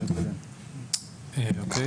אוקיי.